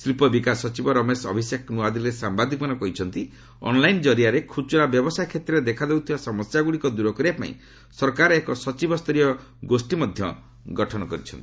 ଶିଳ୍ପ ବିକାଶ ସଚିବ ରମେଶ ଅଭିଶେକ ନ୍ତ୍ରଆଦିଲ୍ଲୀରେ ସାମ୍ଭାଦିକମାନଙ୍କୁ କହିଛନ୍ତି ଅନ୍ଲାଇନ୍ ଜରିଆରେ ଖୁଚୁରା ବ୍ୟବସାୟ କ୍ଷେତ୍ରରେ ଦେଖାଦେଉଥିବା ସମସ୍ୟାଗ୍ରଡ଼ିକ ଦୂର କରିବା ପାଇଁ ସରକାର ଏକ ସଚିବସ୍ତରୀୟ ଗୋଷ୍ଠୀ ମଧ୍ୟ ଗଠନ କରିଛନ୍ତି